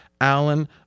Allen